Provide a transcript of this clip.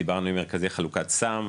דיברנו עם מרכזי חלוקת סם,